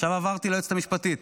עכשיו עברתי ליועצת המשפטית.